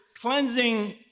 cleansing